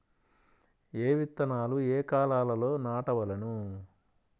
ఏ విత్తనాలు ఏ కాలాలలో నాటవలెను?